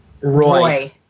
Roy